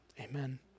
Amen